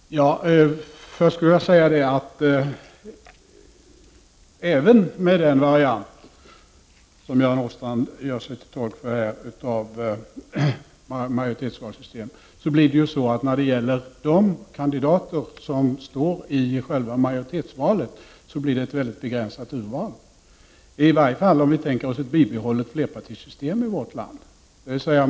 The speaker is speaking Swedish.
Fru talman! Först vill jag säga att det även med den variant som Göran Åstrand gör sig till tolk för, dvs. ett majoritetsvalsystem, blir ett mycket begränsat urval av kandidater i själva majoritetsvalet, i varje fall med ett bibehållet flerpartisystem i vårt land.